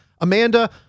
Amanda